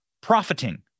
profiting